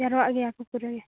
ᱡᱟᱣᱨᱟᱜ ᱜᱮᱭᱟ ᱠᱚ ᱯᱩᱨᱟᱹᱜᱮ